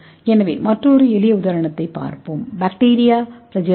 எனவே மற்றொரு எளிய உதாரணத்தைப் பார்ப்போம் பாக்டீரியா ஃபிளாஜெல்லா